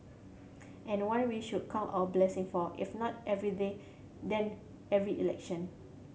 and one we should count our blessing for if not every day then every election